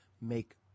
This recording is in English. make